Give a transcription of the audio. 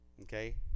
Okay